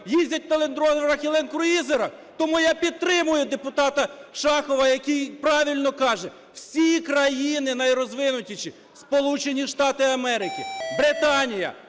їздять на лендроверах і лендкрузерах?. Тому я підтримую депутата Шахова, який правильно каже. Всі країни найрозвинутіші: Сполучені Штати Америки, Британія,